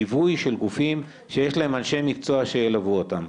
ליווי של גופים שיש להם אנשי מקצוע שילוו אותם.